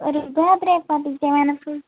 ஒரு பர்த்டே பார்ட்டிக்கு தேவையான ஃப்ரூட்ஸ்